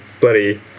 bloody